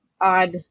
odd